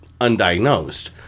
undiagnosed